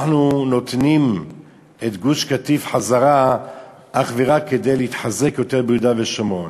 אנחנו נותנים את גוש-קטיף חזרה אך ורק כדי להתחזק יותר ביהודה ושומרון.